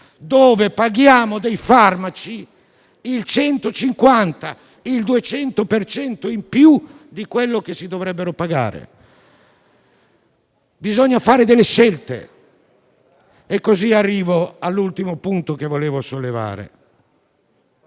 dove paghiamo dei farmaci il 150 o il 200 per cento in più di quello che si dovrebbero pagare. Bisogna fare delle scelte, e arrivo così all'ultimo punto che volevo sollevare.